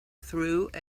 through